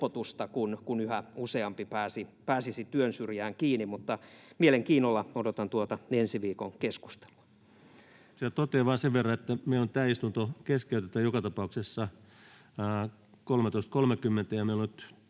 kun yhä useampi pääsisi työn syrjään kiinni. Mutta mielenkiinnolla odotan tuota ensi viikon keskustelua. Totean vain sen verran, että meillä tämä istunto keskeytetään joka tapauksessa kello 13.30 ja meillä on nyt